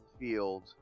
field